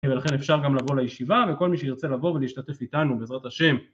ולכן אפשר גם לבוא לישיבה, וכל מי שירצה לבוא ולהשתתף איתנו, בעזרת השם.